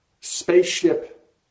Spaceship